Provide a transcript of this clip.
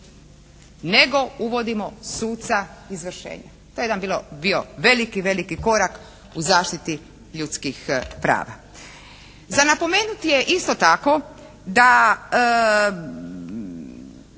nego uvodimo suca izvršenja. To je bio jedan veliki veliki korak u zaštiti ljudskih prava. Za napomenuti je isto tako da